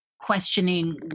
questioning